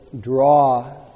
draw